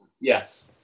Yes